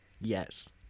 Yes